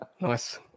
Nice